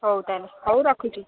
ହଉ ତାହେଲେ ହଉ ରଖୁଛି